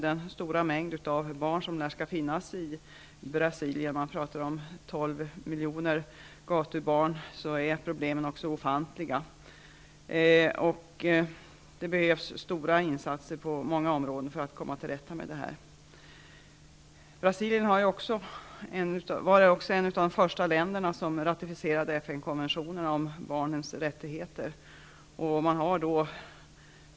Det lär finnas 12 miljoner gatubarn i Brasilien. Problemen är alltså ofantliga. Det behövs stora insatser på många områden för att komma till rätta med dem. Brasilien var ett av de första länder som ratificerade FN-konventionen om barnens rättigheter.